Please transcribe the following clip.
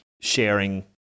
sharing